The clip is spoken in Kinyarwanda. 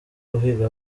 uhiga